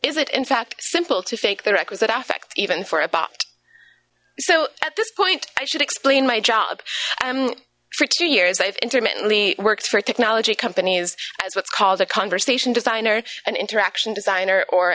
for in fact simple to fake the requisite effects even for a bot so at this point i should explain my job for two years i've intermittently worked for technology companies as what's called a conversation designer an interaction designer or